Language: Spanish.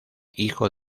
hijo